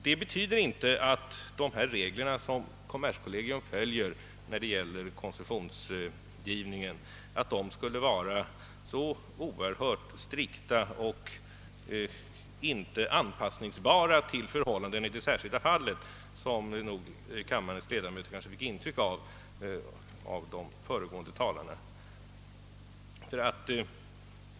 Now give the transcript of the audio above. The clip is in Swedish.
Detta betyder inte att de regler som kommerskollegium följer när det gäller koncessionstiden skulle vara så oerhört strikta och svåra att anpassa till förhållandena i de särskilda fallen som de föregående talarna kanske gav kammarens ledamöter intryck av.